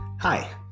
Hi